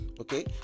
okay